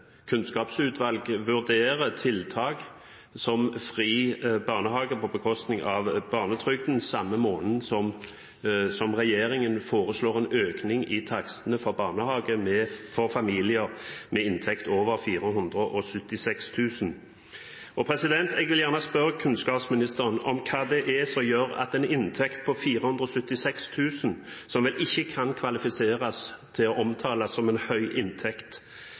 kunnskapsutvalg vurderer tiltak som fri barnehage på bekostning av barnetrygden samme måneden som regjeringen foreslår en økning i takstene for barnehage for familier med inntekt over 476 000 kr. Jeg vil gjerne spørre kunnskapsministeren: Hva er det som gjør at en inntekt på 476 000 kr, som vel ikke kvalifiserer til å omtales som en høy inntekt,